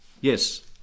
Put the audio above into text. yes